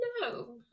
no